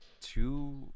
two